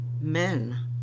men